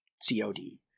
COD